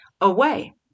away